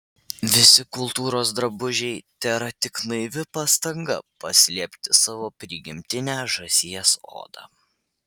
visi kultūros drabužiai tėra tik naivi pastanga paslėpti savo prigimtinę žąsies odą